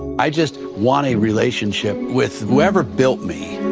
i just want a relationship with whoever built me.